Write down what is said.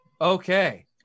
Okay